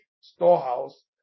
storehouse